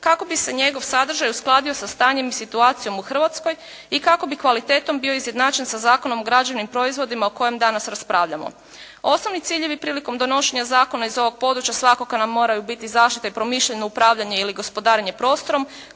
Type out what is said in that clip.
kako bi se njegov sadržaj uskladio sa stanjem i situacijom u Hrvatskoj i kako bi kvalitetom bio izjednačen sa Zakonom o građevnim proizvodima o kojem danas raspravljamo. Osnovni ciljevi prilikom donošenja zakona iz ovog područja svakako nam moraju biti zaštita i promišljeno upravljanje ili gospodarenje prostorom